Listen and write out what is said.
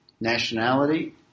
Nationality